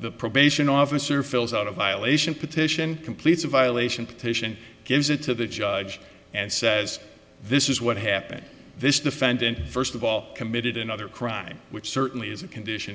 the probation officer fills out a violation petition completes a violation petition gives it to the judge and says this is what happened this defendant first of all committed another crime which certainly is a condition